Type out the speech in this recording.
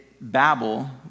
Babel